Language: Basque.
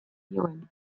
zioen